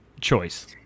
Choice